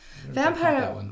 vampire